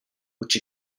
which